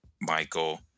Michael